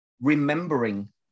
remembering